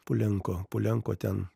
pulenko pulenko ten